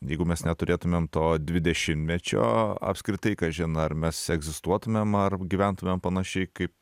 jeigu mes neturėtumėm to dvidešimtmečio apskritai kažin ar mes egzistuotumėm ar gyventumėm panašiai kaip